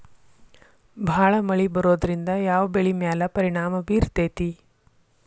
ಭಾಳ ಮಳಿ ಬರೋದ್ರಿಂದ ಯಾವ್ ಬೆಳಿ ಮ್ಯಾಲ್ ಪರಿಣಾಮ ಬಿರತೇತಿ?